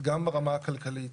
גם ברמה הכלכלית